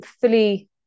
fully